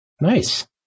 nice